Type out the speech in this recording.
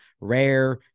rare